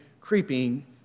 creeping